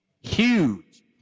huge